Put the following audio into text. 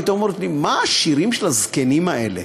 היו אומרות לי: מה השירים של הזקנים האלה?